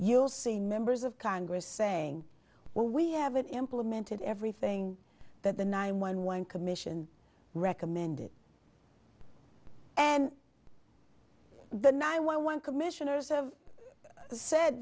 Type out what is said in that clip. you'll see members of congress saying well we haven't implemented everything that the nine one one commission recommended and the nih one commissioners have said